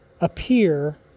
appear